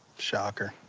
shocker.